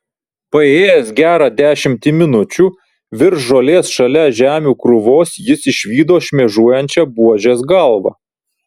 paėjėjęs gerą dešimtį minučių virš žolės šalia žemių krūvos jis išvydo šmėžuojančią buožės galvą